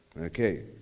Okay